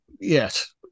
yes